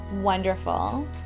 wonderful